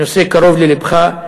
הנושא קרוב ללבך.